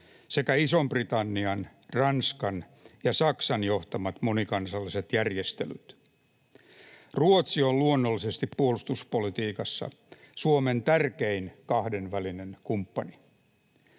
sekä Ison-Britannian, Ranskan ja Saksan johtamat monikansalliset järjestelyt. Ruotsi on luonnollisesti puolustuspolitiikassa Suomen tärkein kahdenvälinen kumppani.